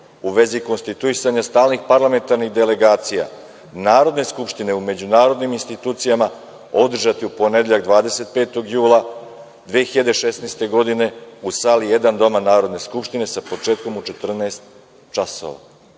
u vezi konstituisanja stalnih parlamentarnih delegacija Narodne skupštine u međunarodnim institucijama održati u ponedeljak 25. jula 2016. godine u sali 1. Doma Narodne skupštine sa početkom u 14,00